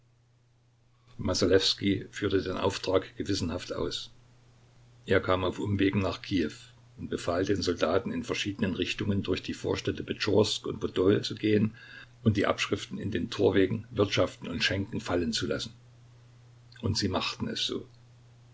führte den auftrag gewissenhaft aus er kam auf umwegen nach kiew und befahl den soldaten in verschiedenen richtungen durch die vorstädte petschorsk und podol zu gehen und die abschriften in den torwegen wirtschaften und schenken fallenzulassen und sie machten es so